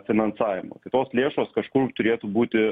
finansavimo tai tos lėšos kažkur turėtų būti